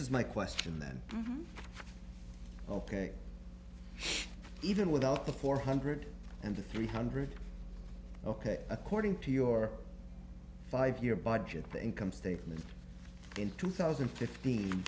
is my question then ok even without the four hundred and the three hundred ok according to your five year budget the income statement in two thousand and fifteen